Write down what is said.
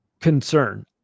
concern